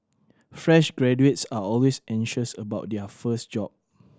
fresh graduates are always anxious about their first job